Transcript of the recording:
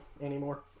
anymore